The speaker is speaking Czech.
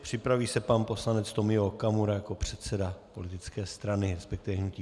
Připraví se pan poslanec Tomio Okamura jako předseda politické strany, resp. hnutí.